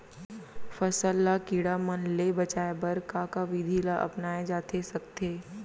फसल ल कीड़ा मन ले बचाये बर का का विधि ल अपनाये जाथे सकथे?